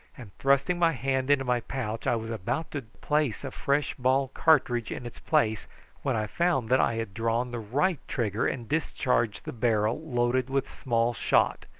and, thrusting my hand into my pouch, i was about to place a fresh ball cartridge in its place when i found that i had drawn the right trigger and discharged the barrel loaded with small shot,